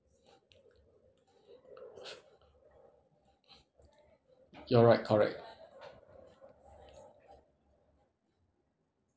you're right correct